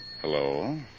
Hello